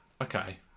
Okay